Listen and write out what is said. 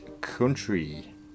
country